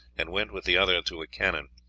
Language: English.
and went with the other to a cannon.